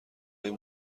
این